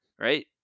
right